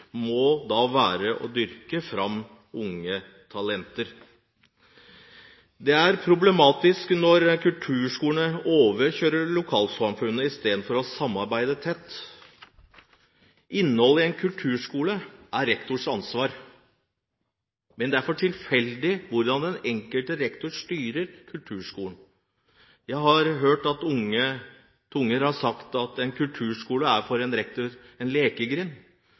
må være å dyrke fram unge talenter. Det er problematisk når kulturskolene overkjører lokalsamfunnet istedenfor å samarbeide tett. Innholdet i en kulturskole er rektors ansvar, men det er for tilfeldig hvordan den enkelte rektor styrer kulturskolen. Jeg har hørt onde tunger si at en kulturskole for en rektor er som en